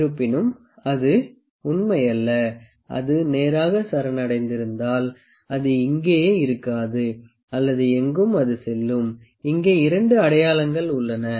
இருப்பினும் அது உண்மையல்ல அது நேராக சரணடைந்திருந்தால் அது இங்கேயே இருக்காது அல்லது எங்கும் அது செல்லும் இங்கே 2 அடையாளங்கள் உள்ளன